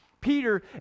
Peter